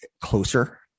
closer